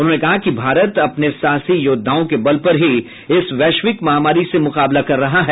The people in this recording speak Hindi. उन्होंने कहा कि भारत अपने साहसी योद्धाओं के बल पर ही इस वैश्विक महामारी से मुकाबला कर रहा है